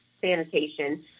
sanitation